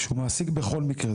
שמעסיק בכל מקרה.